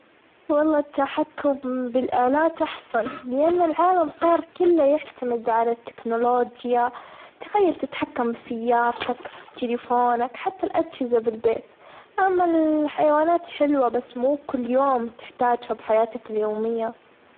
والله التحكم بالآلات أحسن لأن العالم صار كله يحتمد على التكنولوجيا، تخيل تتحكم بسيارتك تليفونك حتى الأجهزة اللي بالبيت، أما الحيوانات حلوة بس مو كل يوم تحتاجها بحياتك اليومية.